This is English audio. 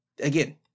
Again